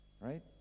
Right